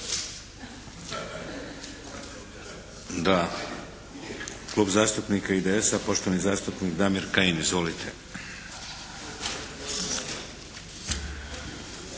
Da. Klub zastupnika IDS-a, poštovani zastupnik Damir Kajin. Izvolite.